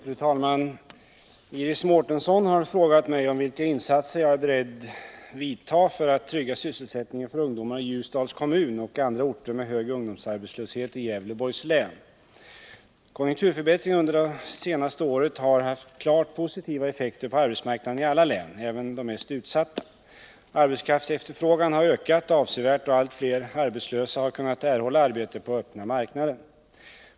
Fru talman! Iris Mårtensson har frågat mig vilka insatser jag är beredd göra för att trygga sysselsättningen för ungdomar i Ljusdals kommun och andra orter med hög ungdomsarbetslöshet i Gävleborgs län. Konjunkturförbättringen under det senaste året har haft klart positiva effekter på arbetsmarknaden i alla län, även i de mest utsatta. Arbetskraftsefterfrågan har ökat avsevärt, och allt fler arbetslösa har kunnat erhålla arbete på öppna marknaden.